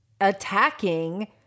attacking